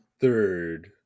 third